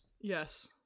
yes